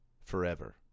forever